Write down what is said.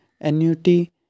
annuity